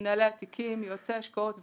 מנהלי התיקים, יועצי השקעות ועוד,